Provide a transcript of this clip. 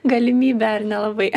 galimybę ar nelabai